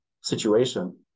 situation